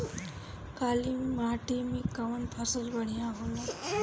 काली माटी मै कवन फसल बढ़िया होला?